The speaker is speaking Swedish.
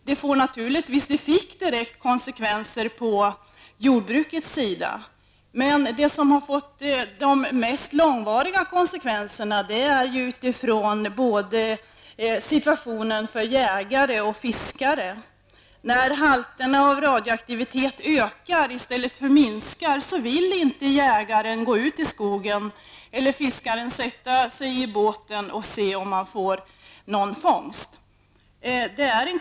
Det fick direkt konsekvenser när det gällde jordbruket, men de mest långvariga konsekvenserna gäller situationen för jägare och fiskare. När halterna av radioaktivitet ökar i stället för minskar, vill inte jägaren gå ut i skogen eller fiskaren sätta sig i båten och se om det blir någon fångst.